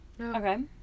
Okay